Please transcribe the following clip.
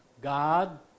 God